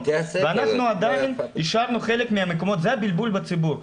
ואנחנו עדיין השארנו חלק מהמקומות זה הבלבול בציבור,